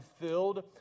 filled